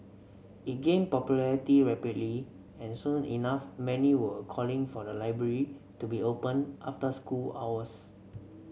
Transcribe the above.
it gained popularity rapidly and soon enough many were calling for the library to be opened after school hours